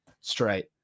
straight